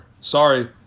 Sorry